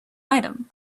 item